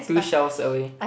two shelves away